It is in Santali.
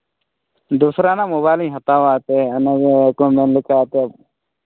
ᱫᱚᱥᱨᱟ ᱦᱟᱸᱜ ᱢᱳᱵᱟᱭᱤᱞᱤᱧ ᱦᱟᱛᱟᱣᱟ ᱚᱱᱟᱜᱮ ᱞᱮᱠᱟᱛᱮ